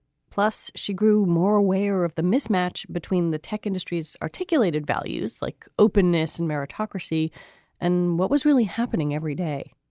plus, she grew more aware of the mismatch between the tech industries, articulated values like openness and meritocracy and what was really happening every day.